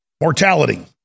mortality